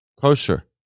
kosher